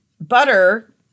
butter